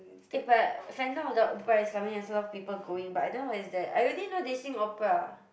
eh but Phantom of the Opera is something that's a lot of people going but I don't know what is that I only know they sing opera